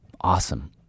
awesome